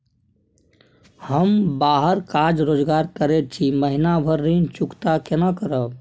हम बाहर काज रोजगार करैत छी, महीना भर ऋण चुकता केना करब?